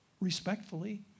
Respectfully